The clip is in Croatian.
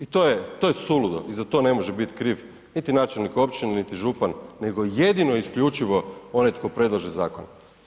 I to je suludo i za to ne može biti kriv niti načelnik općine niti župan nego jedino isključivo onaj tko predlaže zakone.